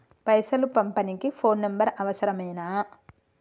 పైసలు పంపనీకి phone number అవసరమేనా?